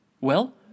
Well